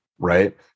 right